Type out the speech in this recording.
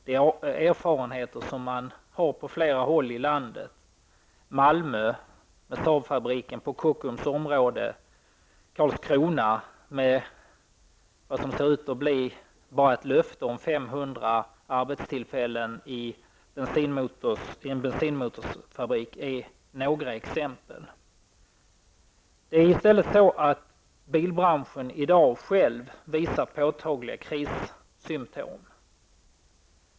Man har erfarenheter från flera håll i landet. Saabfabriken i Malmö på Kockums område och bensinmotorfabriken i Karlskrona som bara ger ett löfte om 500 arbetstillfällen är några exempel. Bilbranschen visar i dag själv påtagliga krissymtom.